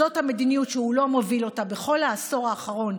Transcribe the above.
זאת המדיניות שהוא לא מוביל אותה בכל העשור האחרון.